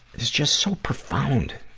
is just so profound!